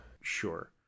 Sure